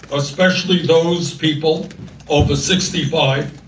especially those people over sixty five,